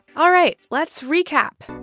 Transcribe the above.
all right. let's recap.